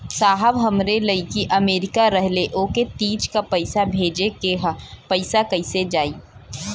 साहब हमार लईकी अमेरिका रहेले ओके तीज क पैसा भेजे के ह पैसा कईसे जाई?